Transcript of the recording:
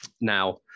now